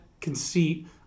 conceit